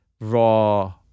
raw